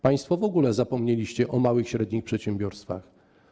Państwo w ogóle zapomnieliście o małych i średnich przedsiębiorstwach.